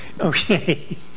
Okay